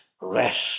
Rest